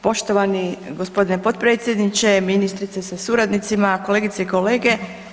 Poštovani g. potpredsjedniče, ministrice sa suradnicima, kolegice i kolege.